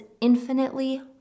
infinitely